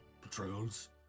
patrols